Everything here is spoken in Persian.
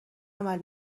عمل